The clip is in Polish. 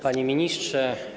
Panie Ministrze!